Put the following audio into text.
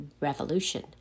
revolution